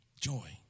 Joy